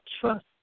trust